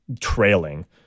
trailing